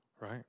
right